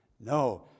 No